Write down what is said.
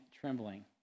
trembling